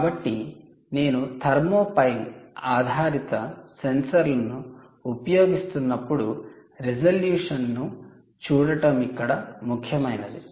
కాబట్టి నేను థర్మోపైల్ ఆధారిత సెన్సార్లను ఉపయోగిస్తున్నప్పుడు రిజల్యూషన్ ను చూడటం ఇక్కడ ముఖ్యమైనది